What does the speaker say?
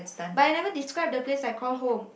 but I never describe the place I call home